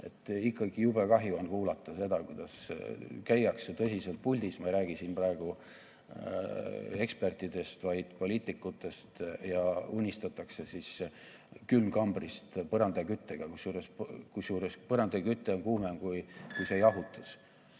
Ikkagi jube kahju on kuulata seda, kuidas käiakse tõsiselt puldis – ma ei räägi siin praegu ekspertidest, vaid poliitikutest – ja unistatakse põrandaküttega külmkambrist, kusjuures põrandaküte on kuumem kui see jahutus.